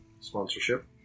Sponsorship